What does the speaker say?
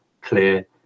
clear